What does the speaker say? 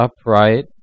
upright